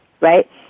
right